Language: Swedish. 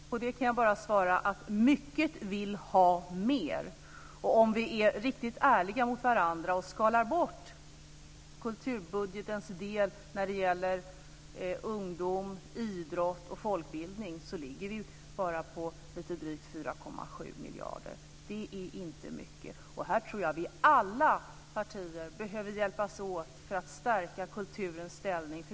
Fru talman! På detta kan jag bara svara att mycket vill ha mer. Om vi är riktigt ärliga mot varandra och skalar bort kulturbudgetens del när det gäller ungdom, idrott och folkbildning så finner vi att det bara ligger på lite drygt 4,7 miljarder. Det är inte mycket. Jag tror att alla partier behöver hjälpas åt för att stärka kulturens ställning.